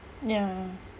ya